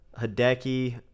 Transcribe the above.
Hideki